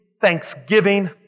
thanksgiving